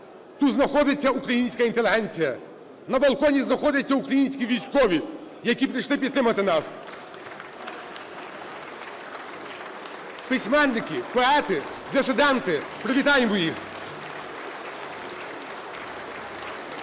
Тут знаходиться українська інтелігенція, на балконі знаходяться українські військові, які прийшли підтримати нас. (Оплески) Письменники, поети, дисиденти. Привітаємо їх!